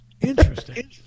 interesting